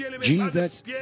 Jesus